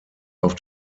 auf